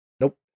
Nope